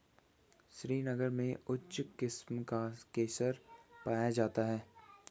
श्रीनगर में उच्च किस्म का केसर पाया जाता है